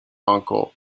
uncle